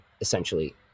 essentially